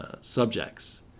subjects